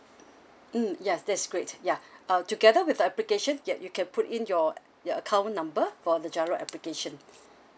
mm ya that's great ya uh together with the application ya you can put in your your account number for the GIRO application